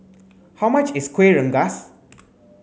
how much is Kueh Rengas